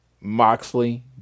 Moxley